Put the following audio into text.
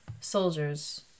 soldiers